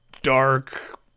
dark